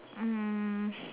um